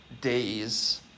days